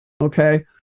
okay